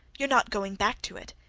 you're not going back to it.